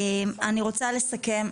אני רוצה לסכם.